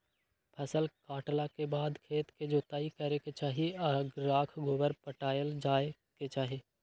फसल काटला के बाद खेत के जोताइ करे के चाही आऽ राख गोबर पटायल जाय के चाही